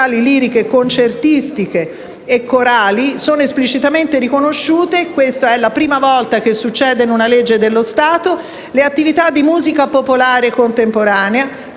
le attività di musica popolare contemporanea